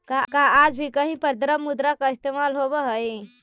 का आज भी कहीं पर द्रव्य मुद्रा का इस्तेमाल होवअ हई?